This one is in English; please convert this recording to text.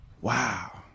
Wow